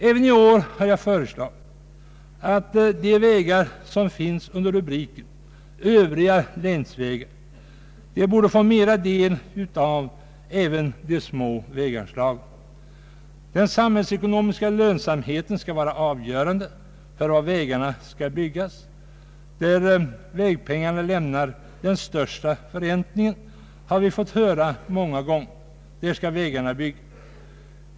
Även i år har jag föreslagit att de vägar som är upptagna under rubriken ”Övriga länsvägar” skall få mera del av även de små väganslagen. Den samhällsekonomiska lönsamheten skall vara avgörande för var vägarna skall byggas, var vägpengarna lämnar den största förräntningen, det har vi fått höra många gånger.